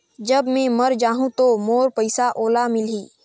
जब मै मर जाहूं तो मोर पइसा ओला मिली?